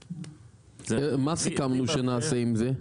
מה סיכמנו שנעשה עם זה?